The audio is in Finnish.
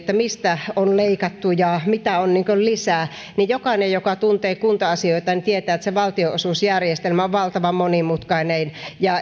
mistä on leikattu ja mitä on lisää jokainen joka tuntee kunta asioita tietää että se valtionosuusjärjestelmä on valtavan monimutkainen